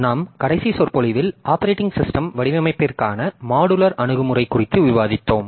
நாம் கடைசி சொற்பொழிவில் ஆப்பரேட்டிங் சிஸ்டம் வடிவமைப்பிற்கான மாடுலர் அணுகுமுறை குறித்து விவாதித்தோம்